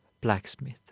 blacksmith